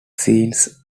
sense